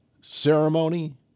ceremony